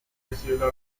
recibe